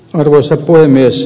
arvoisa puhemies